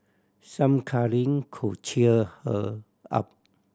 some cuddling could cheer her up